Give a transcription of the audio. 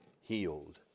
healed